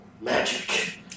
magic